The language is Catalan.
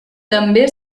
també